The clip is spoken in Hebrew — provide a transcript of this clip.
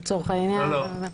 לא, לא.